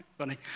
funny